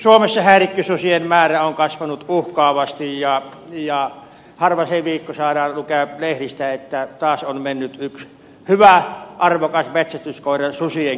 suomessa häirikkösusien määrä on kasvanut uhkaavasti ja harva se viikko saadaan lukea lehdistä että taas on mennyt yksi hyvä arvokas metsästyskoira susien kitaan